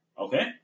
Okay